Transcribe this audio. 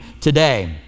today